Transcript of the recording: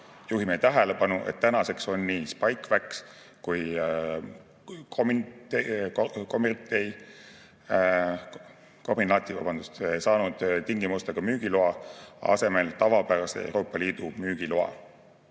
Juhime tähelepanu, et tänaseks on nii Spikevax kui ka Comirnaty saanud tingimustega müügiloa asemel tavapärase Euroopa Liidu müügiloa.